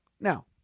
Now